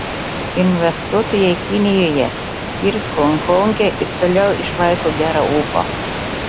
investuotojai kinijoje ir honkonge ir toliau išlaiko gerą ūpą